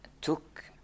took